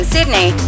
Sydney